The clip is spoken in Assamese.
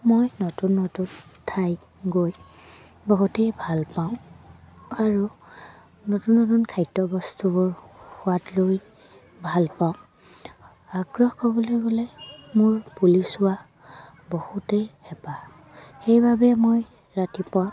মই নতুন নতুন ঠাইত গৈ বহুতেই ভাল পাওঁ আৰু নতুন নতুন খাদ্য বস্তুবোৰ সোৱাদ লৈ ভাল পাওঁ আগ্ৰহ ক'বলৈ গ'লে মোৰ পুলিচ হোৱা বহুতেই হেঁপাহ সেইবাবে মই ৰাতিপুৱা